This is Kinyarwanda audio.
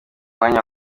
mwanya